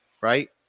Right